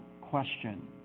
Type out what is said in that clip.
question